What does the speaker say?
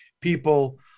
people